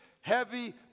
heavy